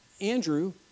Andrew